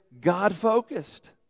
God-focused